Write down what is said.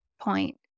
point